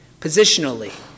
positionally